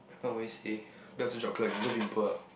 my mum always say Belgian chocolate no pimple ah